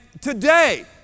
today